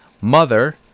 mother